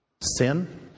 sin